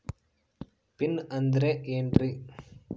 Pin ಅಂದ್ರೆ ಏನ್ರಿ?